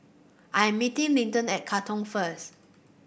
I am meeting Linton at Katong first